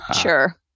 sure